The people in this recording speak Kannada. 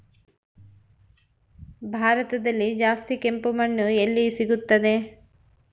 ಭಾರತದಲ್ಲಿ ಜಾಸ್ತಿ ಕೆಂಪು ಮಣ್ಣು ಎಲ್ಲಿ ಸಿಗುತ್ತದೆ?